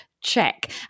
check